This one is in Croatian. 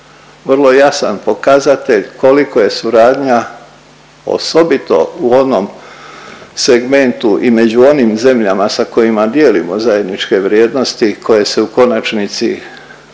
vrlo jasan pokazatelj koliko je suradnja osobito u onom segmentu i među onim zemljama sa kojima dijelimo zajedničke vrijednosti koje se u konačnici očitavaju